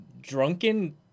drunken